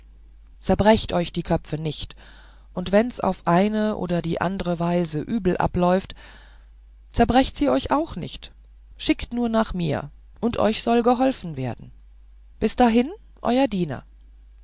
zerbrecht euch die köpfe nicht und wenns auf eine oder die andre weise übel abläuft zerbrecht sie euch auch nicht schickt nur nach mir und euch soll geholfen werden bis dahin euer diener